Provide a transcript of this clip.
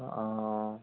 অ